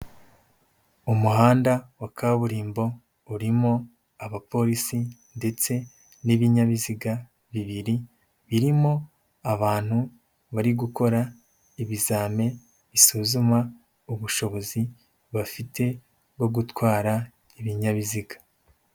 Umuhanda wa kaburimbo urimo abapolisi ndetse n'ibinyabiziga bibiri, birimo abantu bari gukora ibizame bisuzuma ubushobozi bafite bwo gutwara ibinyabiziga.